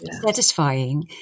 satisfying